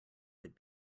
would